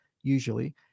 usually